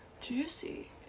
Juicy